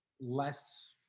less